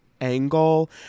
angle